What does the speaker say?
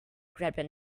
grabbed